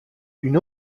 une